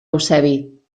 eusebi